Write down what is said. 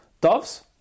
Doves